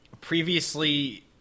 previously